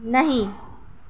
نہیں